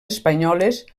espanyoles